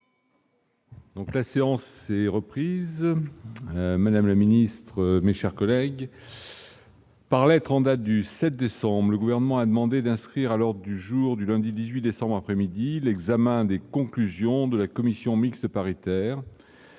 la séance et reprise, madame la ministre, mais chers collègues. Par lettre en date du 7 décembre le gouvernement a demandé d'inscrire à l'heure du jour, du lundi 18 décembre après-midi l'examen des conclusions de la commission mixte paritaire.